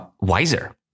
wiser